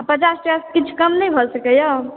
पचास टका से किछु कम नहि भऽ सकैया